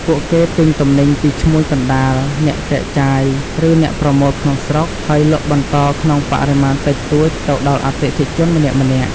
ពួកគេទិញទំនិញពីឈ្មួញកណ្តាល អ្នកចែកចាយ ឬអ្នកប្រមូលក្នុងស្រុក ហើយលក់បន្តក្នុងបរិមាណតិចតួចទៅដល់អតិថិជនម្នាក់ៗ។